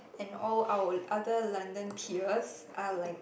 and all our other London peers are like